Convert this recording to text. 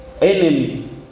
enemy